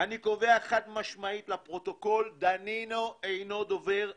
אני קובע חד-משמעית לפרוטוקול: דנינו אינו דובר אמת.